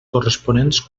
corresponents